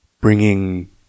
bringing